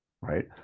right